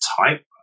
type